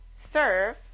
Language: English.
serve